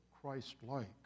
Christ-like